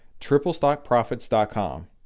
TripleStockProfits.com